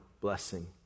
blessing